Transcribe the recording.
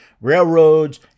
railroads